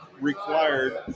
required